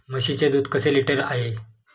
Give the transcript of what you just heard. म्हशीचे दूध कसे लिटर आहे?